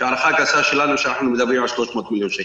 שהערכה גסה שלנו שאנחנו מדברים על 300 מיליון שקל.